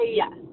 yes